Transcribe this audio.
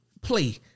play